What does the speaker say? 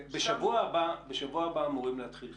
בשבוע הבא אמורים להתחיל החיסונים.